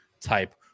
type